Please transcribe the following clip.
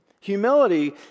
Humility